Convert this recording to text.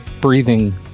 breathing